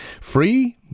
Free